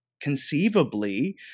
conceivably